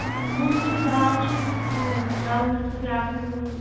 آ ہُم چھُو دال چھُو ہُہ رَل مِل سُہ بیٛاکھ سُہ ہُہ